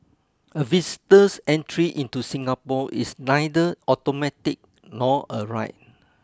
a visitor's entry into Singapore is neither automatic nor a right